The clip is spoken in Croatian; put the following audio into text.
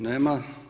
Nema.